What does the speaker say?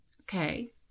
Okay